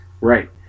Right